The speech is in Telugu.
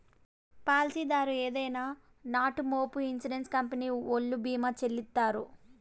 పాలసీదారు ఏదైనా నట్పూమొ ఇన్సూరెన్స్ కంపెనీ ఓల్లు భీమా చెల్లిత్తారు